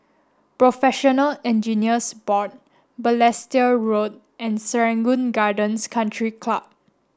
Professional Engineers Board Balestier Road and Serangoon Gardens Country Club